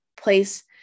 place